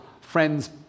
friends